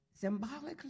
symbolically